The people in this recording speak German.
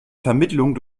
vermittlung